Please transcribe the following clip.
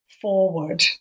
forward